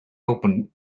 opened